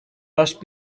must